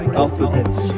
alphabets